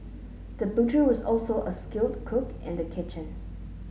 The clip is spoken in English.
the butcher was also a skilled cook in the kitchen